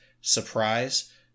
surprise